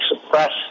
suppress